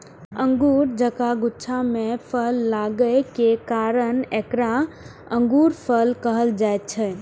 अंगूर जकां गुच्छा मे फल लागै के कारण एकरा अंगूरफल कहल जाइ छै